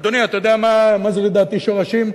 אדוני, אתה יודע מה זה, לדעתי, שורשים?